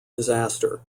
disaster